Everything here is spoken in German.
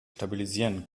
stabilisieren